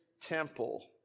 temple